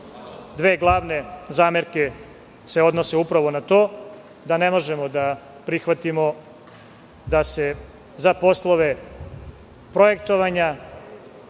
Dve glavne zamerke se odnose upravo na to, da ne možemo da prihvatimo da se za poslove projektovanja